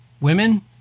women